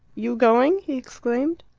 you going? he exclaimed.